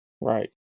Right